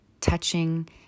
touching